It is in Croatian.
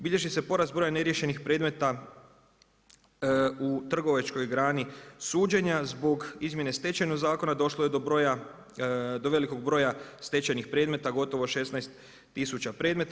Bilježi se porast broja neriješenih predmeta u trgovačkoj grani suđenja, zbog izmjene Stečajnog zakona, došlo je do velikog broja stečajnih predmeta, gotovo 16000 predmeta.